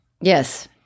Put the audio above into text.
yes